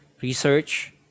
research